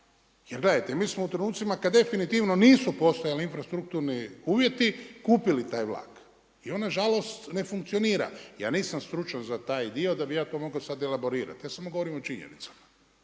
Jer gledajte mi smo u trenutcima kada definitivno nisu postojali infrastrukturni uvjeti kupili taj vlak. I on na žalost ne funkcionira. Ja nisam stručnjak za taj dio da bih ja to mogao sada elaborirati, ja samo govorim o činjenicama.